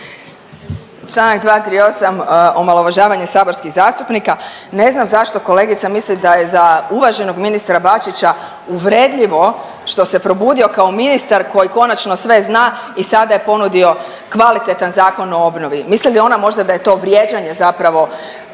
(Nezavisni)** Čl. 238, omalovažavanje saborskih zastupnika. Ne znam zašto kolegica misli da je za uvaženog ministra Bačića uvredljivo što se probudio kao ministar koji konačno sve zna i sada je ponudio kvalitetan zakon o obnovi. Misli li ona možda da je to vrijeđanje zapravo